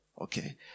Okay